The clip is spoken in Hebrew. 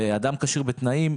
אדם כשיר בתנאים,